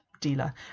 dealer